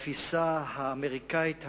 בתפיסה האמריקנית הישנה,